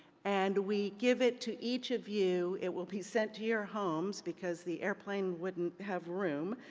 and we give it to each of you. it will be sent to your homes, because the airplane wouldn't have room.